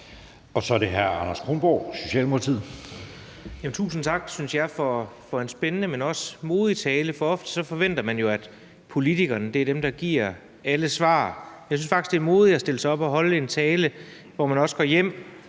Kl. 23:40 Anders Kronborg (S): Tusind tak for en, synes jeg, spændende, men også modig tale, for ofte forventer man jo, at politikerne er dem, der giver alle svar. Jeg synes faktisk, det er modigt at stille sig op og holde en tale, hvor man kan gå hjem